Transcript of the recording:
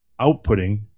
outputting